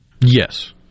Yes